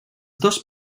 dos